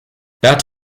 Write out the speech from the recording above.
bert